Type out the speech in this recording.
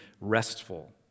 restful